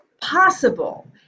possible